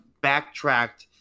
backtracked